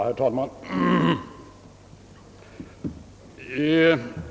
Herr talman!